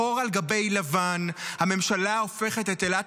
שחור על גבי לבן הממשלה הופכת את אילת